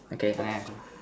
okay I I go